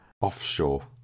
Offshore